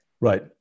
Right